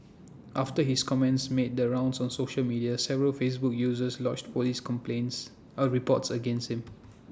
after his comments made the rounds on social media several Facebook users lodged Police complaints or reports against him